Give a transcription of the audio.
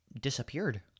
disappeared